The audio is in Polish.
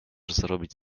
zrobić